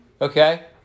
Okay